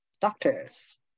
doctors